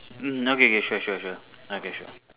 mm okay okay sure sure sure okay sure